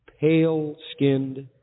pale-skinned